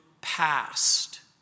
past